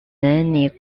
many